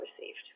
received